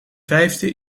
vijfde